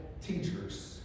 teachers